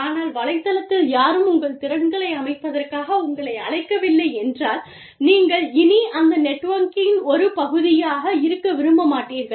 ஆனால் வலைத்தளத்தில் யாரும் உங்கள் திறன்களை அமைப்பதற்காக உங்களை அழைக்கவில்லை என்றால் நீங்கள் இனி அந்த நெட்வொர்க்கின் ஒரு பகுதியாக இருக்க விரும்ப மாட்டீர்கள்